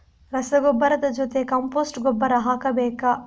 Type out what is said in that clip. ರಸಗೊಬ್ಬರದ ಜೊತೆ ಕಾಂಪೋಸ್ಟ್ ಗೊಬ್ಬರ ಹಾಕಬೇಕಾ?